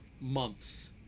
months